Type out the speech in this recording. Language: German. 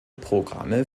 programme